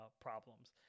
problems